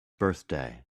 birthday